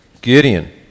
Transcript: Gideon